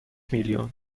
میلیون